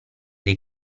dei